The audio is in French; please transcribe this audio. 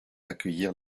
accueillir